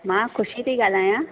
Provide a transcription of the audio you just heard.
मां ख़ुशी थी ॻाल्हाया